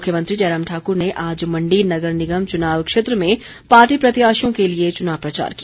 मुख्यमंत्री जयराम ठाक्र ने आज मण्डी नगर निगम चुनाव क्षेत्र में पार्टी प्रत्याशियों के लिए चुनाव प्रचार किया